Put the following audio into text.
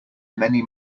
many